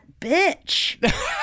bitch